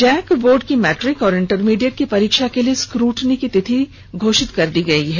Jack board की matric व intermediate की परीक्षा के लिए स्क्रूटनी की तिथि घोषित कर दी गई है